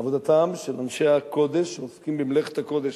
עבודתם של אנשי הקודש שעוסקים במלאכת הקודש,